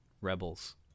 Rebels